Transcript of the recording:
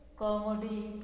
Calangute